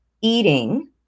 eating